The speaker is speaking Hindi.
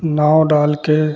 नाव डाल कर